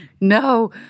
no